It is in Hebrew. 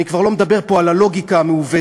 אני כבר לא מדבר פה על הלוגיקה המעוותת,